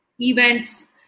events